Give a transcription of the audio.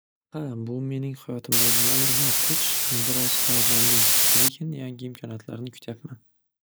Xa bu mening hayotimdagi yangi bosqich biroz hayajonli lekin yangi imkoniyatlarni kutyapman.